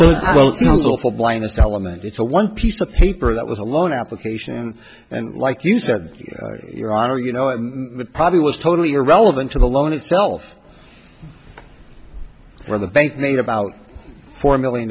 element it's a one piece of paper that was a loan application and like you said your honor you know it probably was totally irrelevant to the loan itself or the bank made about four million